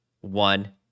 one